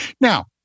Now